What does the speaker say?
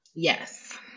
Yes